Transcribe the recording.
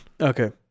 Okay